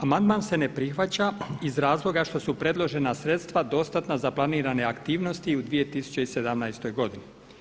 Amandman se ne prihvaća iz razloga što su predložena sredstva dostatna za planirane aktivnosti u 2017. godini.